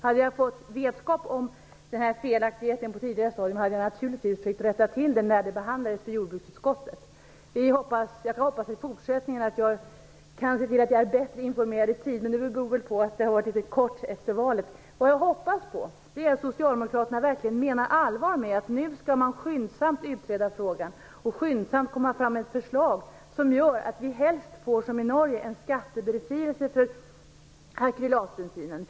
Hade jag fått vetskap om felaktigheten på ett tidigare stadium, hade jag naturligtvis försökt rätta till den när ärendet behandlades i jordbruksutskottet. Jag hoppas att jag i fortsättningen kan se till att jag är bättre informerad i tid. Det beror kanske också på att det är så kort tid efter valet. Vad jag hoppas på är att socialdemokraterna menar allvar med att man skyndsamt skall utreda frågan och komma fram med ett förslag som helst gör att vi får, som i Norge, en skattebefrielse för akrylatbensinen.